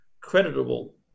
creditable